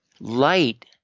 light